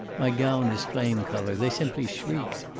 my gown is flame color. they simply shrieked.